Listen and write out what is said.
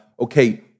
okay